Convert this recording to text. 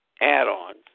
add-ons